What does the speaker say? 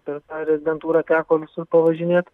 per tą rezidentūrą teko visur pavažinėt